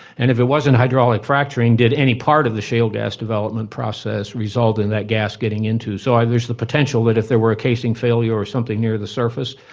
and if it wasn't hydraulic fracturing, did any part of the shale gas development process result in that gas getting into? so there is the potential that if there were a casing failure or something near the surface,